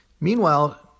Meanwhile